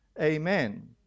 Amen